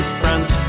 front